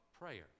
prayer